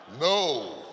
No